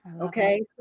Okay